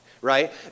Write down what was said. right